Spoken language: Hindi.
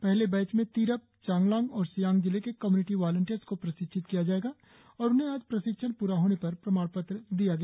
पहले बैच में तिरप चांगलांग और सियांग जिले के कम्यूनिटी वालंटियर्स को प्रशिक्षित किया गया और उन्हें आज प्रशिक्षण प्रा होने पर प्रमाण पत्र दिया गया